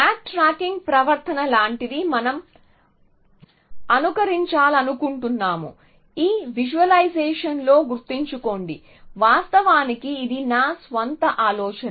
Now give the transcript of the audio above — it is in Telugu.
బ్యాక్ ట్రాకింగ్ ప్రవర్తన లాంటిది మనం అనుకరించాలను కుంటున్నాము ఈ విజువలైజేషన్లో గుర్తుంచుకోండి వాస్తవానికి ఇది నా స్వంత ఆలోచన